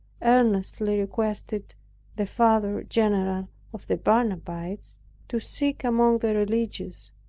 earnestly requested the father-general of the barnabites to seek among the religious,